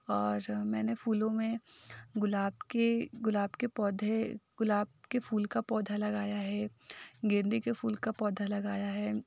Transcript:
और मैंने फूलों में गुलाब के गुलाब के पौधे गुलाब के फूल का पौधा लगाया है गेंदे के फूल का पौधा लगाया है